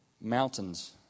mountains